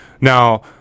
Now